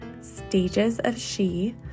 STAGESOFSHE